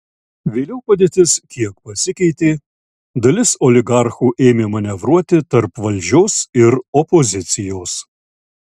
vėliau padėtis kiek pasikeitė dalis oligarchų ėmė manevruoti tarp valdžios ir opozicijos